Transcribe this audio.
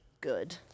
good